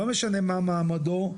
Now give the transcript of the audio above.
לא משנה מה מעמדו,